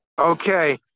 Okay